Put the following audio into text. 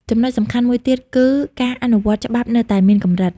ចំណុចសំខាន់មួយទៀតគឺ ការអនុវត្តច្បាប់នៅតែមានកម្រិត។